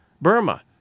Burma